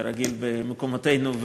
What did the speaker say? כרגיל במקומותינו,